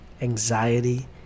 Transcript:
anxiety